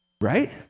right